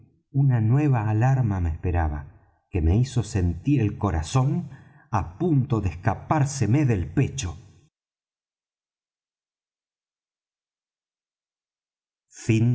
una nueva alarma me esperaba que me hizo sentir el corazón á punto de escapárseme del pecho